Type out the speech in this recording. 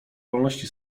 wolności